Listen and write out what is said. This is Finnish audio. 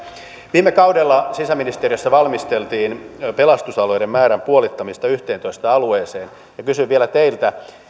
viime kaudella sisäministeriössä valmisteltiin pelastusalueiden määrän puolittamista yhteentoista alueeseen kysyn vielä teiltä